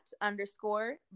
underscore